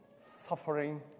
suffering